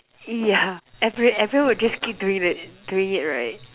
yeah every everyone would just keep doing it doing it right